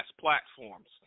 platforms